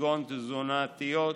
כגון תזונאיות,